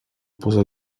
poza